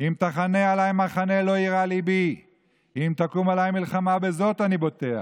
אם תחנה עלי מחנה לא יירא לבי אם תקום עלי מלחמה בזאת אני בוטח.